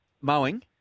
mowing